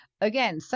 Again